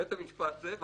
בית המשפט יחליט,